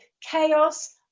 chaos